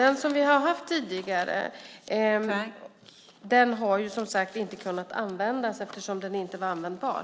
Den som vi har haft tidigare har som sagt inte kunnat användas eftersom den inte var användbar.